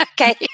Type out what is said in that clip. okay